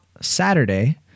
Saturday